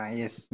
yes